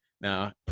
now